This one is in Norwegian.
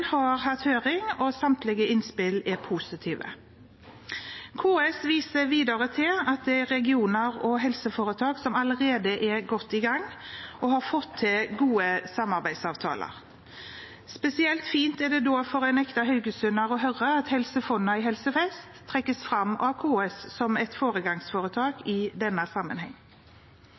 har hatt høring, og samtlige innspill er positive. KS viser til at det er regioner og helseforetak som allerede er godt i gang og har fått til gode samarbeidsavtaler. Spesielt fint er det da for en ekte haugesunder å høre at Helse Fonna i Helse Vest trekkes fram av KS som et foregangsforetak i denne sammenheng.